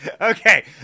Okay